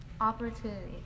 Opportunity